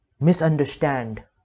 misunderstand